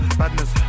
badness